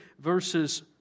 verses